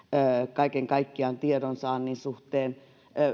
kaiken kaikkiaan tiedonsaannin suhteen